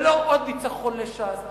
ולא עוד ניצחון לש"ס,